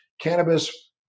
cannabis